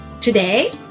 today